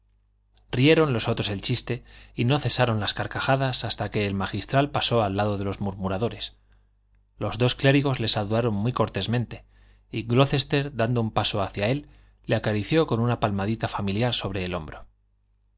rieron los otros el chiste y no cesaron las carcajadas hasta que el magistral pasó al lado de los murmuradores los dos clérigos le saludaron muy cortésmente y glocester dando un paso hacia él le acarició con una palmadita familiar sobre el hombro